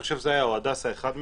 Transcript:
אני חושב שזה היה, או הדסה, אחד מהם.